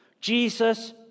Jesus